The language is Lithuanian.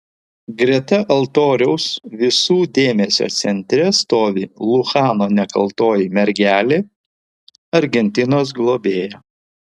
greta altoriaus visų dėmesio centre stovi luchano nekaltoji mergelė argentinos globėja